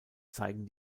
zeigen